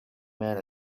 man